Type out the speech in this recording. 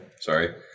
Sorry